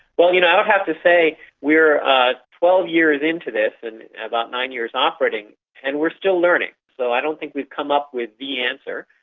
you know i have to say, we're twelve years into this and about nine years operating and we're still learning. so i don't think we've come up with the answer.